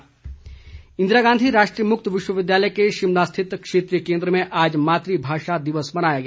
मात्र भाषा इंदिरा गांधी राष्ट्रीय मुक्त विश्वविद्यालय के शिमला स्थित क्षेत्रीय केंद्र में आज मातू भाषा दिवस मनाया गया